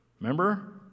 remember